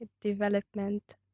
Development